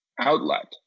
outlet